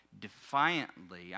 defiantly